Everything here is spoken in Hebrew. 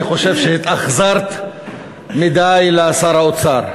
אני חושב שהתאכזרת מדי לשר האוצר.